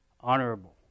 honorable